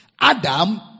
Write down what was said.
Adam